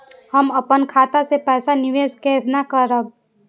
हम अपन खाता से पैसा निवेश केना करब?